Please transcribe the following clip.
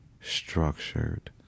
structured